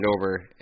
over